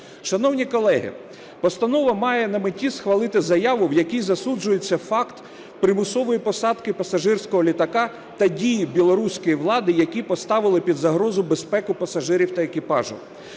Шановні колеги, постанова має на меті схвалити заяву, в якій засуджується факт примусової посадки пасажирського літака та дії білоруської влади, які поставили під загрозу безпеку пасажирів та екіпажу.